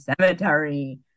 cemetery